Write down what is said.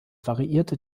variierte